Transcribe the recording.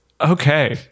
Okay